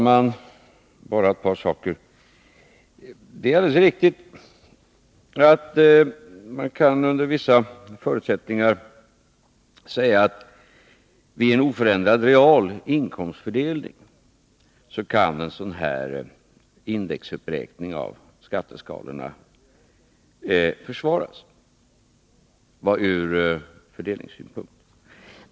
Herr talman! Det är alldeles riktigt att man under vissa förutsättningar kan säga att vid en oförändrad real inkomstfördelning kan en sådan här indexuppräkning av skatteskalorna försvaras ur fördelningssynpunkt.